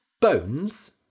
Bones